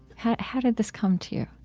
how how did this come to you?